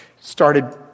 started